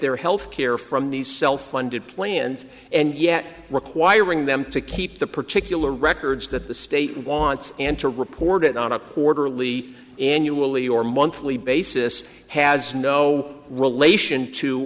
their health care from these self funded plans and yet requiring them to keep the particular records that the state wants and to report it on a quarterly annually or monthly basis has no relation to